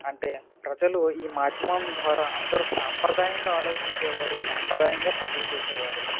అంటే ప్రజలు ఈ మాధ్యమం ద్వారా అందరు సాంప్రదాయంగా ఆలోచించేవారు సాంప్రదాయంగా పనులు చేసేవారు